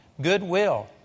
goodwill